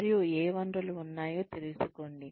మరియు ఏ వనరులు ఉన్నాయో తెలుసుకోండి